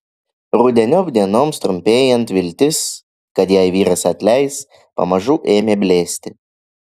rudeniop dienoms trumpėjant viltis kad jai vyras atleis pamažu ėmė blėsti